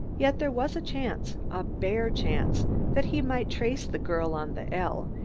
yet there was a chance a bare chance that he might trace the girl on the l,